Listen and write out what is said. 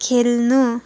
खेल्नु